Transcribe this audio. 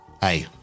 Hey